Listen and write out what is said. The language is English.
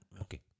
Okay